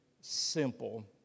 simple